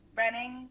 running